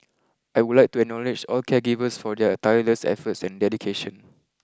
I would like to acknowledge all caregivers for their tireless efforts and dedication